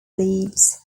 leaves